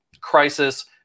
crisis